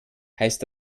heißt